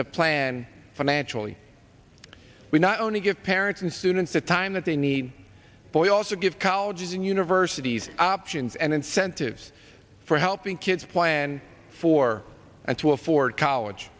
to plan financially we not only give parents and students the time that they need but we also give colleges and universities options and incentives for helping kids plan for and to afford college